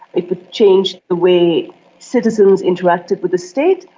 it would change the way citizens interacted with the state.